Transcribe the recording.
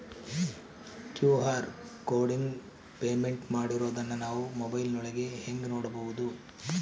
QR ಕೋಡಿಂದ payment ಮಾಡಿರೋದನ್ನ ನಾವು ಮೊಬೈಲಿನೊಳಗ ಹೆಂಗ ನೋಡಬಹುದು?